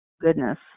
goodness